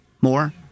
More